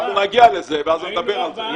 נגיע לזה, ואז נדבר על זה.